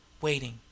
waiting